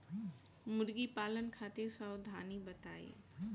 मुर्गी पालन खातिर सावधानी बताई?